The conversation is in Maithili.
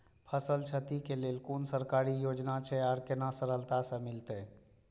फसल छति के लेल कुन सरकारी योजना छै आर केना सरलता से मिलते?